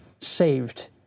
saved